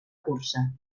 cursa